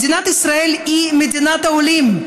מדינת ישראל היא מדינת העולים.